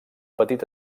petit